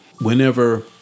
whenever